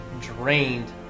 drained